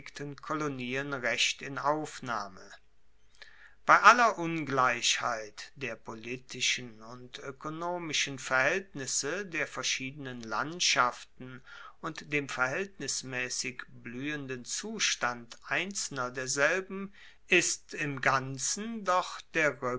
kolonien recht in aufnahme bei aller ungleichheit der politischen und oekonomischen verhaeltnisse der verschiedenen landschaften und dem verhaeltnismaessig bluehenden zustand einzelner derselben ist im ganzen doch der